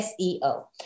SEO